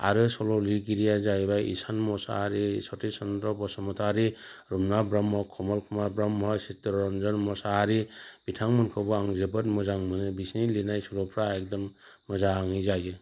आरो सल' लिरगिरिया जाहैबाय इसान मोसाहारि सतिस चन्द्र बसुमतारि रुपनाथ ब्रह्म कमल कुमार ब्रह्म सित्तरन्जन मोसाहारि बिथांमोनखौबो आं जोबोद मोजां मोनो बिसोरनि लिरनाय सल'फोरा एकद'म मोजाङै जायो